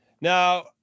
Now